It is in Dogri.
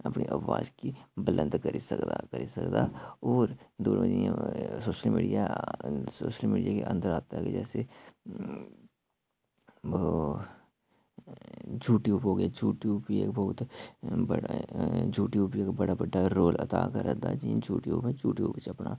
अपनी अपनी अवाज गी बुलंद करी सकदा करी सकदा होर दूआ जियां सोशल मीडिया सोशल मीडिया गी अन्दर कि यूटयूब हो गेआ यूटयूब बी इक बौह्त यूटयूब बी इक बौह्त बड़ा रोल अदा करदा ऐ जियां यूटयूब जियां यूटयूब च अपना